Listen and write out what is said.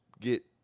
get